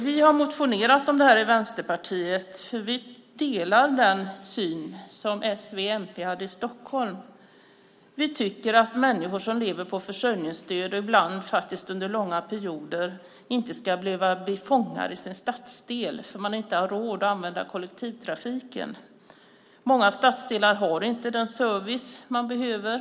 Vi i Vänsterpartiet har motionerat om detta för vi delar den syn som s, v och mp hade i Stockholm. Vi tycker att människor som lever på försörjningsstöd, ibland under långa perioder, inte ska behöva bli fångade i sin stadsdel för att de inte har råd att utnyttja kollektivtrafiken. Många stadsdelar har inte den service folk behöver.